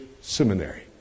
seminary